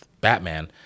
Batman